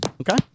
Okay